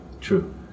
True